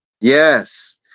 Yes